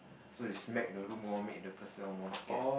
so they smack the room all make the person more scared